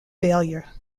failure